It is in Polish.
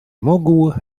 mógł